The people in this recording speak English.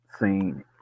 seen